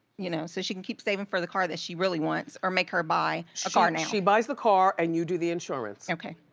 you know, so she could and keep saving for the car that she really wants or make her buy a car now? she buys the car and you do the insurance. okay.